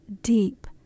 deep